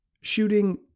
shooting